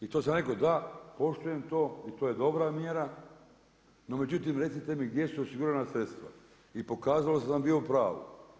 I to sam rekao da, poštujem to i to je dobra mjera, no međutim recite mi gdje su osigurana sredstva i pokazalo se da sam bio u pravu.